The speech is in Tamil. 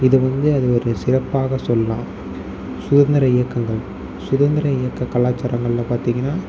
இது வந்து அது ஒரு சிறப்பாக சொல்லலாம் சுதந்திர இயக்கங்கள் சுதந்திர இயக்க கலாச்சாரங்களில் பார்த்திங்கன்னா